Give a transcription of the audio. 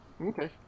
Okay